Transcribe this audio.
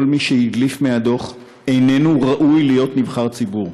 כל מי שהדליף מהדוח איננו ראוי להיות נבחר ציבור.